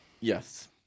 Yes